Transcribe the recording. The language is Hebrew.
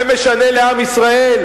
זה משנה לעם ישראל?